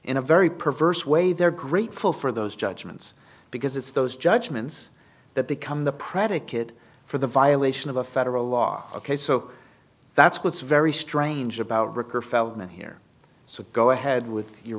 in a very perverse way they're grateful for those judgments because it's those judgments that become the predicate for the violation of a federal law ok so that's what's very strange about bricker feldman here so go ahead with your